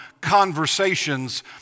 conversations